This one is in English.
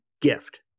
gift